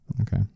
Okay